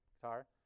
guitar